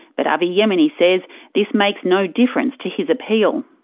but avi yemini says this makes no difference to his appeal.